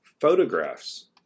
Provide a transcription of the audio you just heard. photographs